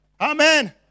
Amen